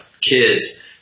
kids